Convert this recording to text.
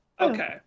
Okay